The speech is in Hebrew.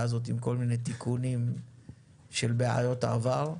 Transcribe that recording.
הזאת עם כל מיני תיקונים של בעיות עבר.